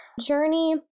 journey